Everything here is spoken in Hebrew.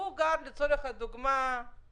והוא גר לצורך הדוגמה ברחובות,